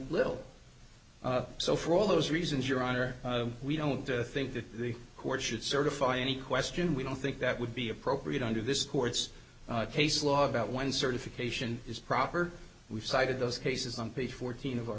little so for all those reasons your honor we don't think that the court should certify any question we don't think that would be appropriate under this court's case law about one certification is proper we've cited those cases on page fourteen of our